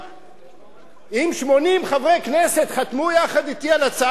אם 80 חברי כנסת חתמו יחד אתי על הצעת חוק כל כך ערכית,